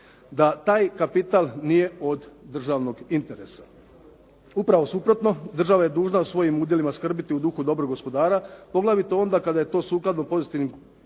da taj kapital nije od državnog interesa. Upravo suprotno. Država je dužna o svojim udjelima skrbiti u duhu dobrog gospodara poglavito onda kada je to sukladno pozitivnim